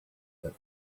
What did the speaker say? that